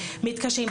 מתקשים.